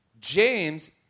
James